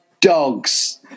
dogs